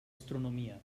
astronomia